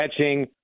catching